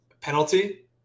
penalty